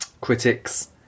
critics